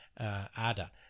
Ada